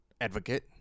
advocate